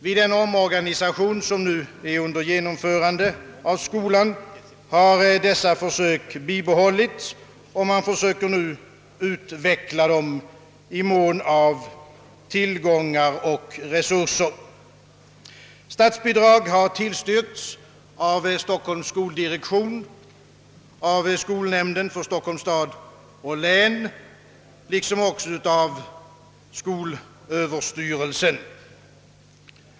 Vid den omorganisation av skolan, som är under genomförande, har dessa försök bibehållits, och man strävar efter att utveckla dem i mån av resurser. Statsbidrag har tillstyrkts av Stockholms skoldirektion och skolnämnden för Stockholms stad och län, liksom av skolöverstyrelsen.